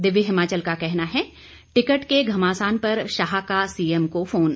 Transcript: दिव्य हिमाचल का कहना है टिकट के घमासान पर शाह का सीएम को फोन